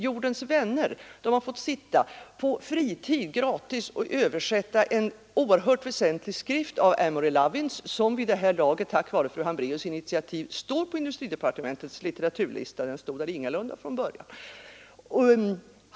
Jordens vänner har fått sitta på fritid och gratis översätta en oerhört väsentlig skrift av Amory Lovins, som vid det här laget tack vare fru Hambraeus” initiativ står på industridepartementets litteraturlista — den stod ingalunda där från början.